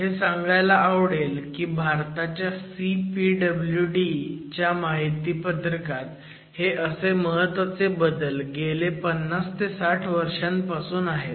हे सांगायला आवडेलकी भारताच्या CPWD च्या माहितीपत्रकात हे असे महत्वाचे बदल गेले 50 60 वर्षांपासून आहेत